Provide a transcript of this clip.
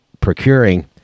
procuring